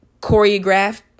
choreographed